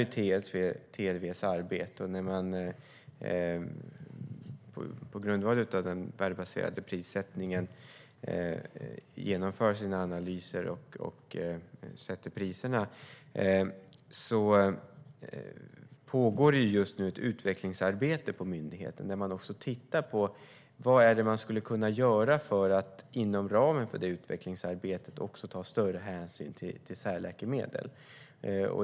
Det pågår just nu ett utvecklingsarbete på myndigheten - när man på grundval av den värdebaserade prissättningen genomför sina analyser och sätter priserna ska man också titta på vad man skulle kunna göra för att inom ramen för utvecklingsarbetet ta större hänsyn till särläkemedel.